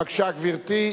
בבקשה, גברתי.